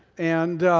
and